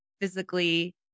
physically